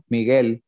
Miguel